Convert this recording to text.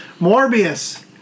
Morbius